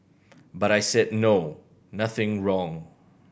but I said no nothing wrong